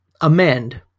amend